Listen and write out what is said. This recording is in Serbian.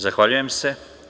Zahvaljujem se.